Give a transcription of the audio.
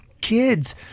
kids